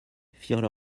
firent